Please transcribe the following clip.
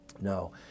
No